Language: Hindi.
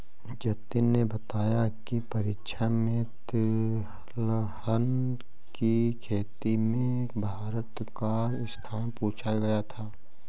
जतिन ने बताया की परीक्षा में तिलहन की खेती में भारत का स्थान पूछा गया था